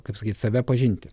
kaip sakyt save pažinti